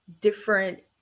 different